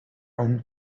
own